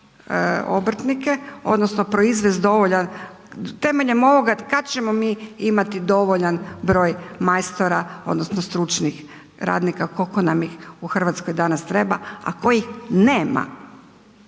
obrtnike odnosno proizvest dovoljan, temeljem ovog kad ćemo mi imati dovoljan broj majstora odnosno stručnih radnika koliko nam ih u Hrvatskoj danas treba, a kojih nema.